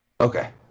Okay